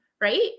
right